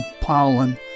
pollen